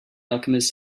alchemist